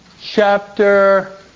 chapter